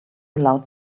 allowed